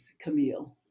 Camille